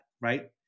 right